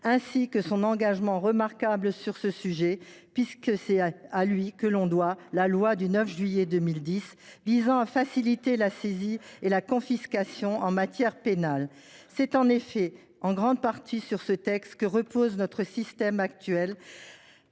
ainsi que son engagement remarquable sur ce sujet, puisque c’est à lui que l’on doit la loi du 9 juillet 2010 visant à faciliter la saisie et la confiscation en matière pénale. C’est en effet en grande partie sur ce texte que repose notre système actuel